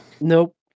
Nope